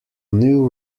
new